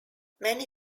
manny